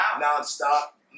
non-stop